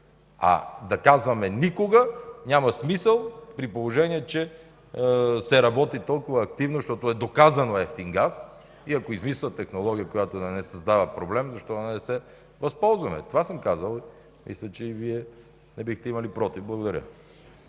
А да казваме „никога”, няма смисъл, при положение че се работи толкова активно, защото е доказано евтин газ и ако измислят технология, която да не създава проблем, защо да не се възползваме? Това съм казал. Мисля, че и Вие не бихте имали против. Благодаря.